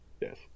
Yes